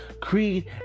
Creed